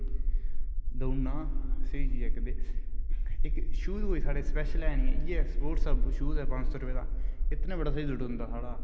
दौड़ना स्हेई चीज ऐ इक ते शूज साढ़े कोला स्पेशल है नी इयै स्पोटस शूज ऐ पंज सौ रुपये दा इस कन्नै नेई दौड़दा सारे कोला